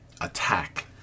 attack